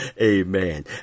Amen